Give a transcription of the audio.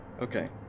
okay